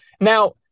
Now